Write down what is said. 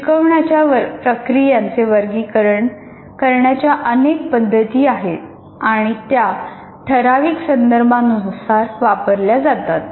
शिकवण्याच्या प्रक्रियांचे वर्गीकरण करण्याच्या अनेक पद्धती आहेत आणि त्या ठराविक संदर्भानुसार वापरल्या जातात